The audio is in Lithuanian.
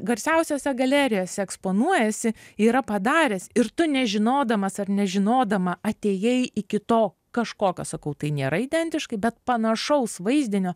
garsiausiose galerijose eksponuojasi yra padaręs ir tu nežinodamas ar nežinodama atėjai iki to kažkokio sakau tai nėra identiškai bet panašaus vaizdinio